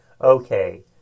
okay